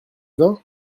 vin